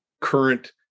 current